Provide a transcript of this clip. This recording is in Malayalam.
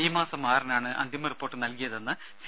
ഈ മാസം ആറിനാണ് അന്തിമ റിപ്പോർട്ട് നൽകിയതെന്ന് സി